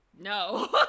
no